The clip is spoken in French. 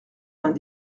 vingt